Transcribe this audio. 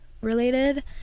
related